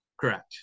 Correct